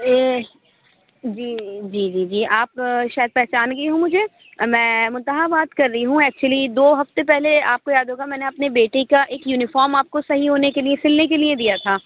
جی جی جی آپ شاید پہچان گئی ہوں مجھے میں مُنتہا بات کر رہی ہوں ایکچولی دو ہفتے پہلے آپ کو یاد ہوگا میں نے اپنے بیٹے کا ایک یونیفام آپ کو صحیح ہونے کے لیے سِلنے کے لیے دیا تھا